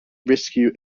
rescue